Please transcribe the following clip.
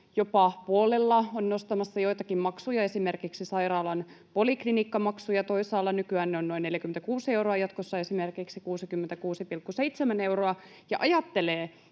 jopa puolella on nostamassa joitakin maksuja, esimerkiksi sairaalan poliklinikkamaksuja — toisaalla nykyään ne ovat noin 46 euroa, jatkossa esimerkiksi 66,7 euroa — ja ajattelee,